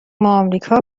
آمریکا